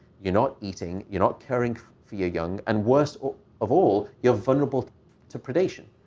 you're not eating. you're not caring for your young. and worse of all, you're vulnerable to predation.